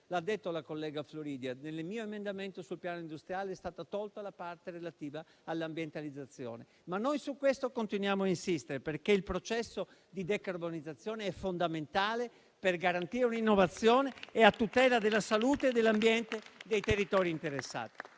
ha detto la collega Aurora Floridia, dal mio emendamento sul piano industriale è stata tolta la parte relativa l'ambientalizzazione, ma noi su questo continuiamo a insistere perché il processo di decarbonizzazione è fondamentale per garantire un'innovazione e a tutela della salute e dell'ambiente dei territori interessati.